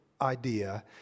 idea